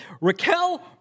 Raquel